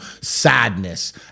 sadness